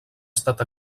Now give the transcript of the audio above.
estat